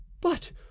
But